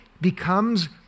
becomes